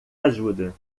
ajuda